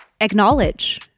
acknowledge